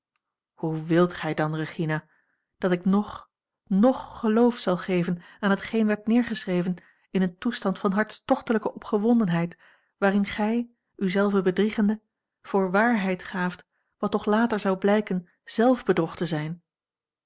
hoe wilt gij dan regina dat ik ng ng geloof zal geven aan hetgeen werd neergeschreven in een toestand van hartstochtelijke opgewondenheid waarin gij u zelve bedriegende voor waara l g bosboom-toussaint langs een omweg heid gaaft wat toch later zou blijken zelfbedrog te zijn